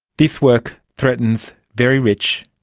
this work threatens very rich,